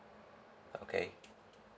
okay